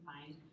find